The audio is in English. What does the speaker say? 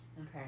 Okay